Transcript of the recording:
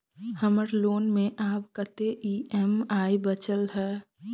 हम्मर लोन मे आब कैत ई.एम.आई बचल ह?